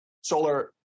solar